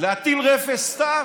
להטיל רפש סתם,